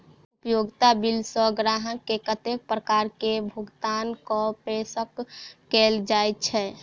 उपयोगिता बिल सऽ ग्राहक केँ कत्ते प्रकार केँ भुगतान कऽ पेशकश कैल जाय छै?